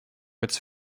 its